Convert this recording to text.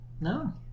No